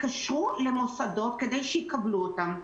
התקשרו למוסדות כדי שיקבלו אותן,